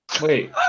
Wait